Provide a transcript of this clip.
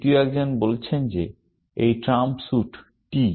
তৃতীয় একজন বলেছেন যে ট্রাম্প স্যুট t